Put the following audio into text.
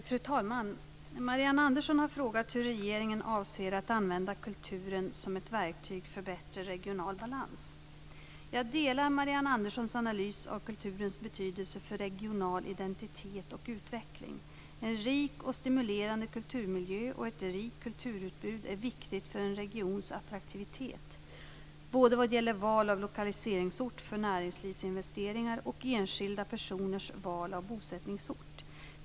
Fru talman! Marianne Andersson har frågat hur regeringen avser att använda kulturen som ett verktyg för bättre regional balans. Jag delar Marianne Anderssons analys av kulturens betydelse för regional identitet och utveckling. En rik och stimulerande kulturmiljö och ett rikt kulturutbud är viktigt för en regions attraktivitet både vad gäller val av lokaliseringsort för näringslivsinvesteringar och enskilda personers val av bosättningsort.